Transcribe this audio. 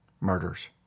murders